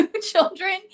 children